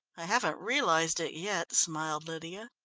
i haven't realised it yet, smiled lydia.